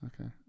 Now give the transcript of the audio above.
Okay